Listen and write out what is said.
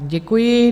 Děkuji.